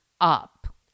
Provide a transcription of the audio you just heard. up